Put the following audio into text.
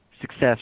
success